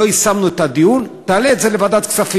שלא יישמנו את הדיון, תעלה את זה לוועדת כספים.